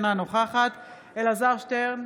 אינה נוכחת אלעזר שטרן,